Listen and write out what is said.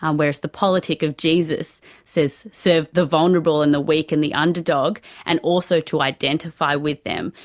um whereas the politic of jesus says, serve the vulnerable and the weak and the underdog and also to identify with them.